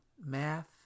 math